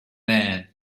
man